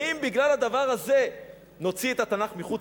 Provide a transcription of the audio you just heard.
האם בגלל הדבר הזה נוציא את התנ"ך מחוץ לחוק?